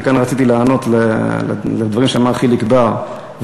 וכאן רציתי לענות לדברים שאמר חיליק בר,